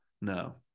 no